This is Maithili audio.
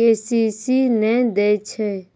के.सी.सी नैय दैय छैय?